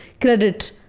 credit